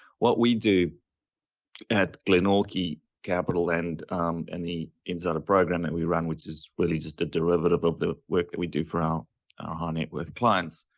what we do at glenorchy capital and and the insider program that we run, which is really just a derivative of the work that we do for our high-net worth clients